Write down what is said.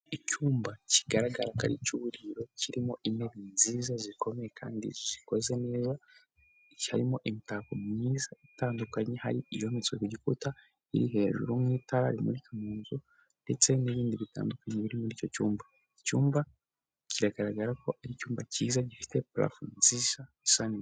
Icyumba kigaragara ko ari icy'uburiro, kirimo intebe nziza zikomeye kandi gikoze neza, iki harimo imitako myiza itandukanye harimo iyometswe ku gikuta, iri hejuru n'itabi rimurika mu nzu ndetse n'ibindi bitandukanye biri muri icyo cyumba. Icyumba kiragaragara ko ari icyumba cyiza gifite parafo nziza isa neza.